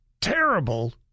terrible